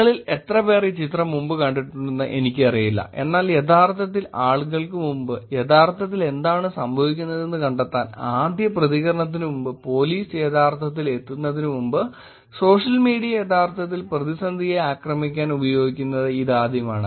നിങ്ങളിൽ എത്രപേർ ഈ ചിത്രം മുമ്പ് കണ്ടിട്ടുണ്ടെന്ന് എനിക്കറിയില്ല എന്നാൽയഥാർത്ഥത്തിൽ ആളുകൾക്ക് മുമ്പ് യഥാർത്ഥത്തിൽ എന്താണ് സംഭവിക്കുന്നതെന്ന് കണ്ടെത്താൻ ആദ്യ പ്രതികരണത്തിന് മുമ്പ് പോലീസ് യഥാർത്ഥത്തിൽ എത്തുന്നതിന് മുമ്പ് സോഷ്യൽ മീഡിയ യഥാർത്ഥത്തിൽ പ്രതിസന്ധിയെ ആക്രമിക്കാൻ ഉപയോഗിക്കുന്നത് ഇതാദ്യമാണ്